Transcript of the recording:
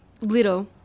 little